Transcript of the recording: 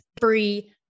free